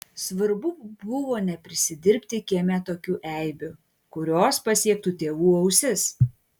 svarbu buvo neprisidirbti kieme tokių eibių kurios pasiektų tėvų ausis